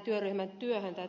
tämä